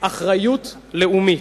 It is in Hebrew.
"אחריות לאומית".